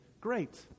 great